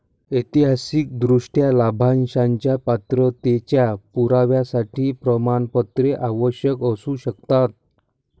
ऐतिहासिकदृष्ट्या, लाभांशाच्या पात्रतेच्या पुराव्यासाठी प्रमाणपत्रे आवश्यक असू शकतात